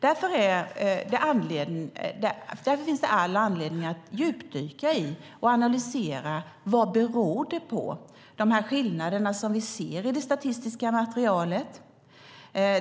Därför finns det all anledning att djupdyka i och att analysera vad de skillnader vi ser i det statistiska materialet beror på.